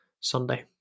Sunday